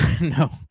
No